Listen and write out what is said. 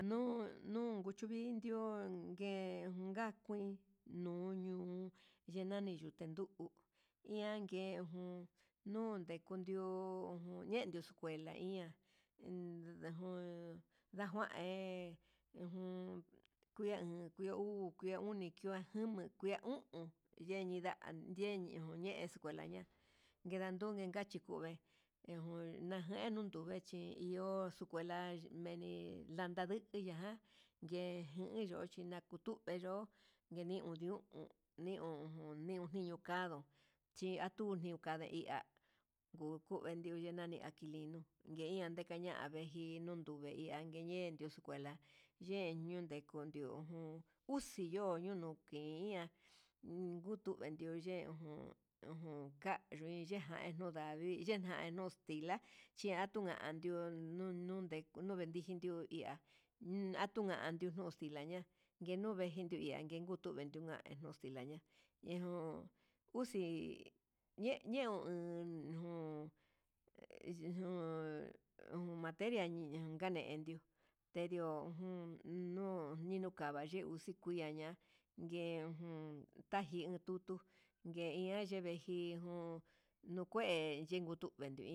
Nunu kuchuvindio un ngue kukan kuii, nuu ño yenadi kuntenduu ian ke ujun niu ndikundio, yendo escuela iha en ndejun ndajuan hé ujun kua ha kuia uu kuia oni kua jama kuea o'on, yeninda yeni ndiunda he escuela ninda ngungue kachi kuve'e ndejan ajenuu nuntuve chí iho xucla meni ndanda nduña ján, nyejan yeyochi na'a kutu ndeo yeni iun uun, niño on niño kanduu yi atuni nikada iha uku ndenani aki linu kena yikana aveji nutuve iha ngueñen escuela ye dengundiu ujun uxioyunukin, ña'a ngutu yinion yen ujun ujun kayio yina ya'a, yi yinano extila chiatu niunkandio nuu nundendi xhitiun nguia atandio ni extila ña'a ngungue jituva'a ñanduve, endiojan dextila ña'a ejun uxi ñeu ñeun nuu exhiun materia yikani ndendio ujun nuu yinukava nayeu nixi'xiña nda yejun yanii tutu nguenia yeveji, ejun nuu kué yekutiundu.